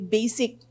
basic